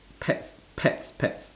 pets pets pets